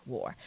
War